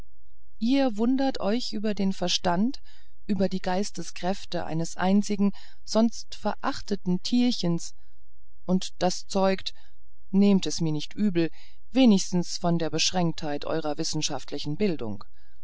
ihr verwundert euch über den verstand über die geisteskraft eines winzigen sonst verachteten tierchens und das zeugt nehmt es mir nicht übel wenigstens von der beschränktheit eurer wissenschaftlichen bildung